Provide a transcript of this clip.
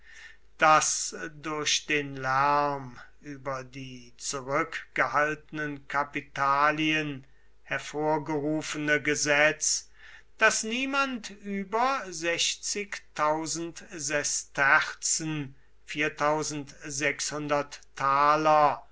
das durch den lärm über die zurückgehaltenen kapitalien hervorgerufene gesetz daß niemand über sesterzen